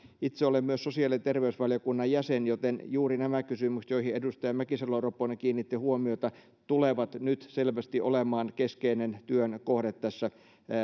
itse olen myös sosiaali ja terveysvaliokunnan jäsen joten juuri nämä kysymykset joihin edustaja mäkisalo ropponen kiinnitti huomiota tulevat nyt selvästi olemaan keskeinen työn kohde tässä